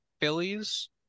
Phillies